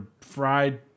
fried